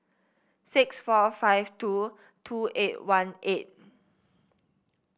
six four five two two eight one eight